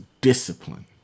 discipline